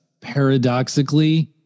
paradoxically